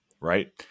right